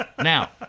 Now